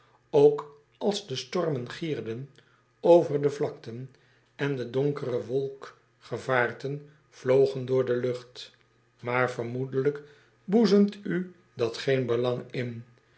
ook als de stormen gierden over de vlakten en de donkere wolkgevaarten vlogen door de lucht aar vermoedelijk boezemt u dat geen belang in